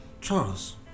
Charles